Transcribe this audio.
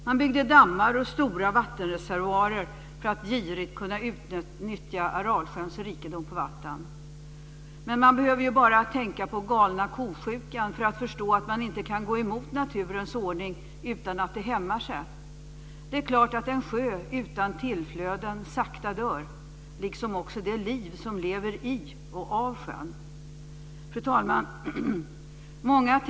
Man byggde dammar och stora vattenreservoarer för att girigt kunna utnyttja Aralsjöns rikedom på vatten. Men man behöver ju bara tänka på galna kosjukan för förstå att man inte kan gå emot naturens ordning utan att det hämmar sig. Det är klart att en sjö utan tillflöden sakta dör, liksom också det liv som lever i och av sjön. Fru talman!